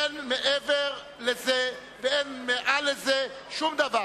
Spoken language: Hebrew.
אין מעבר לזה ואין מעל לזה שום דבר,